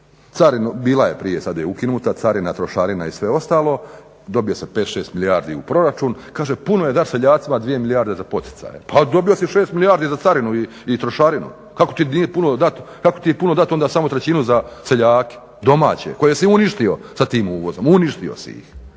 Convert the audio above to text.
sad je ukinuta carina, trošarina i sve ostalo, dobije se 5-6 milijardi u proračun, kaže puno je dat seljacima 2 milijarde za poticaje. Pa dobio si 6 milijardi za carinu i trošarinu, kako ti je puno dat onda samo trećinu za seljake, domaće, koje si uništio sa tim uvozom, uništio si ih.